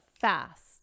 fast